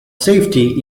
safety